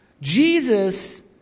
Jesus